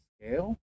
scale